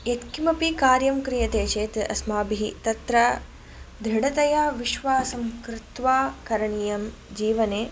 यत्किमपि कार्यं क्रियते चेत् अस्माभिः तत्र दृढतया विश्वासं कृत्वा करणीयं जीवने